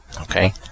Okay